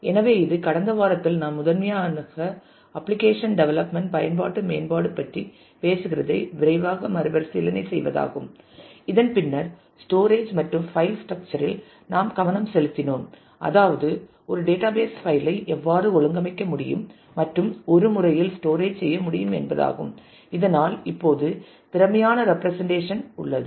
எனவே இது கடந்த வாரத்தில் நாம் முதன்மையாக அப்பிளிகேஷன் டெவலப்ன்ட் பயன்பாட்டு மேம்பாடு பற்றிப் பேசுகிறதை விரைவாக மறுபரிசீலனை செய்வதாகும் இதன் பின்னர ஸ்டோரேஜ் மற்றும் பைல் ஸ்ட்ரக்சரில் நாம் கவனம் செலுத்தினோம் அதாவது ஒரு டேட்டாபேஸ் பைல் ஐ எவ்வாறு ஒழுங்கமைக்க முடியும் மற்றும் ஒரு முறையில் ஸ்டோரேஜ் செய்ய முடியும் என்பதாகும் இதனால் இப்போது திறமையான ரெப்பிரசன்டேஷன் உள்ளது